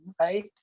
right